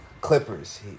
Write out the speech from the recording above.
Clippers